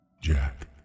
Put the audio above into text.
Jack